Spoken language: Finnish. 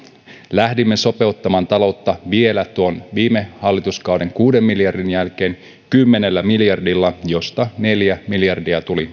lähdimme sopeuttamaan taloutta vielä tuon viime hallituskauden kuuden miljardin jälkeen kymmenellä miljardilla joista neljä miljardia tuli